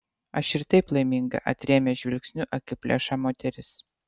aš ir taip laiminga atrėmė žvilgsniu akiplėšą moteris